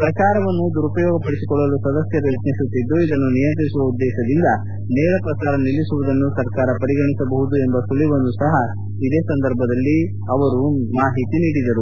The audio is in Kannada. ಪ್ರಚಾರವನ್ನು ದುರುಪಯೋಗಪದಿಸಿಕೊಳ್ಳಲು ಸದಸ್ಯರು ಯತ್ನಿಸುತ್ತಿದ್ದು ಇದನ್ನು ನಿಯಂತ್ರಿಸುವ ಉದ್ದೇಶದಿಂದ ನೇರ ಪ್ರಸಾರ ನಿಲ್ಲಿಸುವುದನ್ನೂ ಸರಕಾರ ಪರಿಗಣಿಸಬಹುದು ಎಂಬ ಸುಳಿವನ್ನೂ ಸಹ ಇದೇ ವೇಳೆ ರಾಜ್ಯಸಭಾಧ್ಯಕ್ಷರು ನೀಡಿದರು